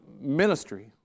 ministry